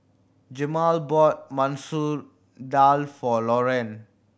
Jemal bought Masoor Dal for Loren